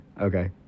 okay